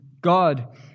God